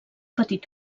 petit